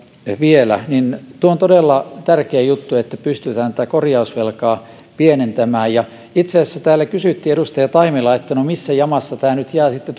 vielä tuo on todella tärkeä juttu että pystytään tätä korjausvelkaa pienentämään itse asiassa täällä edustaja taimela kysyi että no missä jamassa tämä nyt jää sitten